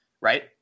right